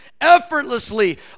effortlessly